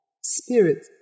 Spirit